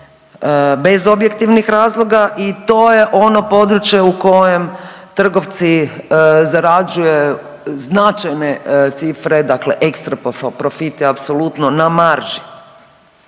bez objektivnih razloga i to je ono područje u kojem trgovci zarađuju značajne cifre, dakle ekstra profite apsolutno na marži